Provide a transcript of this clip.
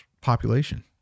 population